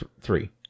Three